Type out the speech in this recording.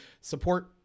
support